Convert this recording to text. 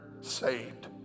saved